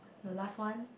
the last one